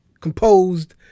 composed